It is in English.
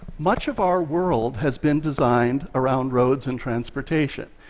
much of our world has been designed around roads and transportation.